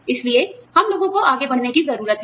इसलिए हम लोगों को आगे बढ़ने की जरूरत है